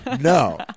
No